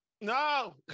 No